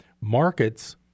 markets